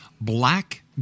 Black